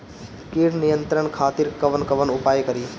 कीट नियंत्रण खातिर कवन कवन उपाय करी?